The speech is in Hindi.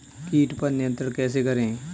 कीट पर नियंत्रण कैसे करें?